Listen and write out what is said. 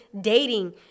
dating